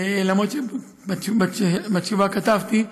למרות שבתשובה כתבתי,